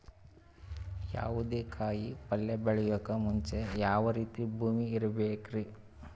ಯಾವುದೇ ಕಾಯಿ ಪಲ್ಯ ಬೆಳೆಯೋಕ್ ಮುಂಚೆ ಯಾವ ರೀತಿ ಭೂಮಿ ಇರಬೇಕ್ರಿ?